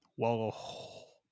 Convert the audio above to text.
Whoa